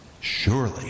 Surely